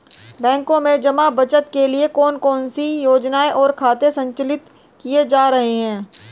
बैंकों में जमा बचत के लिए कौन कौन सी योजनाएं और खाते संचालित किए जा रहे हैं?